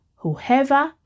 whoever